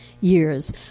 years